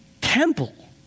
temple